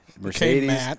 Mercedes